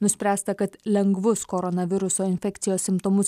nuspręsta kad lengvus koronaviruso infekcijos simptomus